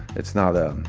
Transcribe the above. it's not a,